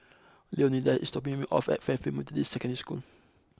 Leonidas is dropping me off at Fairfield Methodist Secondary School